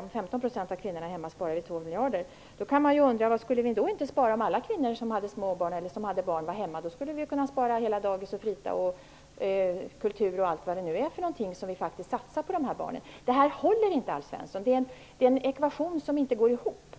Om 15 % av kvinnorna är hemma sparar vi 2 miljarder. Då kan man undra: Vad skulle vi då inte spara om alla kvinnor som har barn vore hemma? Jo, då skulle vi kunna spara in på hela kostnaden för dagis, fritis, kultur och allt vad det är som vi faktiskt satsar på de här barnen. Det här håller inte, Alf Svensson! Det är en ekvation som inte går ihop.